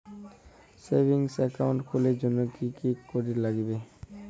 Savings account খুলির জন্যে কি কি করির নাগিবে?